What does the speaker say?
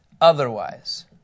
otherwise